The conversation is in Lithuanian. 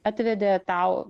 atvedė tau